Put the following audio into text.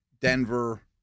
Denver